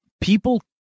people